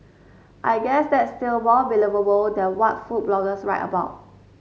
I guess that's still more believable than what food bloggers write about